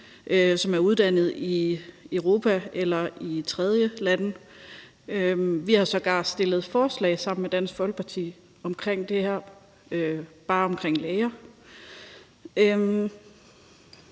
som er uddannet i Europa eller i tredjelande. Vi har sågar fremsat forslag sammen med Dansk Folkeparti om det her; det handlede bare om læger.